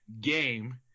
game